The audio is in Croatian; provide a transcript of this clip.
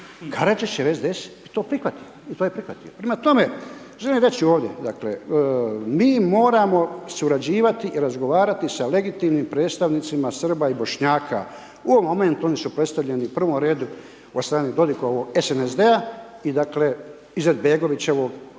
Karadžićev SDS je to prihvatio i to je prihvatio. Prema tome, želim reći ovdje, dakle, mi moramo surađivati i razgovarati sa legitimnim predstavnicima Srba i Bošnjaka u ovom momentu, oni su predstavljeni u prvom redu od strane Dodikovog SND-a i dakle, Izetbegovićevog